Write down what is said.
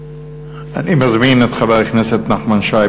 אני מזמין את חבר הכנסת נחמן שי.